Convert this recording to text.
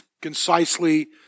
concisely